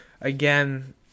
again